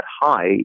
high